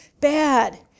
bad